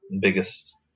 biggest